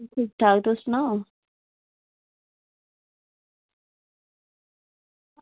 ठीक ठाक तुस सनाओ